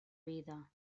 vida